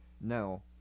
no